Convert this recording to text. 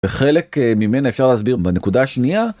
וחלק ממנה אפשר להסביר בנקודה השנייה.